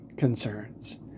Concerns